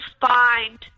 find